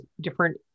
different